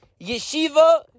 yeshiva